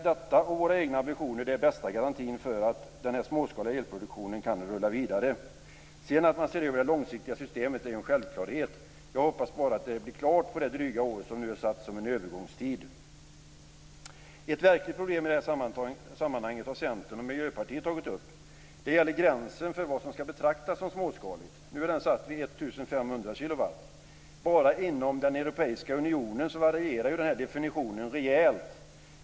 Detta och våra egna ambitioner är bästa garantin för att den småskaliga elproduktionen kan rulla vidare. Att man sedan ser över det långsiktiga systemet är en självklarhet. Jag hoppas bara att det blir klart på det dryga år som nu är satt som övergångstid. Ett verkligt problem i det här sammanhanget har Centern och Miljöpartiet tagit upp. Det gäller gränsen för vad som ska betraktas som småskaligt. Nu är den satt vid 1 500 kilowatt. Bara inom den europeiska unionen varierar denna definition rejält.